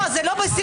לא, זה לא בסיכום.